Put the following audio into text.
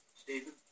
Stephen